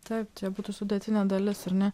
taip būtų sudėtinė dalis ar ne